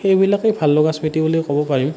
সেইবিলাকেই ভাল লগা স্মৃতি বুলি ক'ব পাৰি